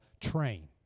train